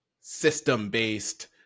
system-based